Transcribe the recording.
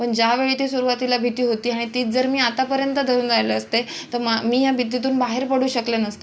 पण ज्यावेळी ती सुरुवातीला भीती होती आणि तीच जर मी आतापर्यंत धरून राहिले असते तर मग मी या भितीतून बाहेर पडू शकले नसते